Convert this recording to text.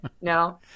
No